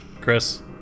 Chris